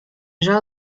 żal